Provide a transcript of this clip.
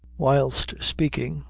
whilst speaking,